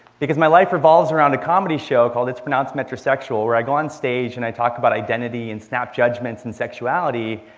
because my life revolves around a comedy show called it's pronounced metrosexual, where i go onstage, and i talk about identity and snap judgments on and sexuality.